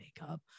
makeup